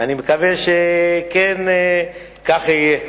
ואני מקווה שאכן כך יהיה.